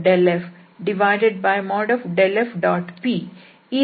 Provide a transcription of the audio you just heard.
pಈ ರೂಪದಲ್ಲೂ ಬರೆಯಬಹುದು